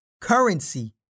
Currency